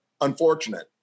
unfortunate